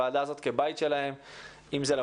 או לשלוח אלינו פניות כדי שבאמת נקשיב להם.